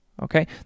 okay